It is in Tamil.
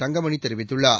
தங்கமணி தெரிவித்துள்ளார்